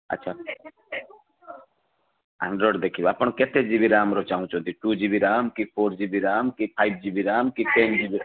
ଆଚ୍ଛା ଆଣ୍ଡ୍ରଏଡ଼୍ ଦେଖିବେ ଆପଣ କେତେ ଜିବି ରେମ୍ର ଚାହୁଁଛନ୍ତି ଟୁ ଜିବି ରେମ୍ କି ଫୋର୍ ଜିବି ରେମ୍ କି ଫାଇଭ୍ ଜିବି ରେମ୍ କି ଟେନ୍ ଜିବି ରେମ୍